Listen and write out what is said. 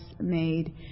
made